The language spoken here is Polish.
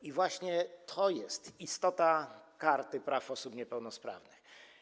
I właśnie to jest istota Karty Praw Osób Niepełnosprawnych.